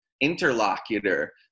interlocutor